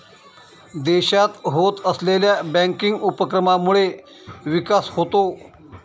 देशात होत असलेल्या बँकिंग उपक्रमांमुळे विकास होतो